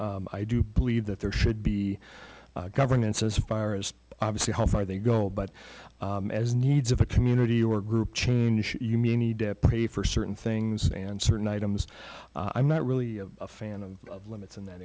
point i do believe that there should be governance as far as obviously how far they go but as needs of a community or group change you may need to pay for certain things and certain items i'm not really a fan of limits in that